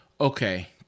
Okay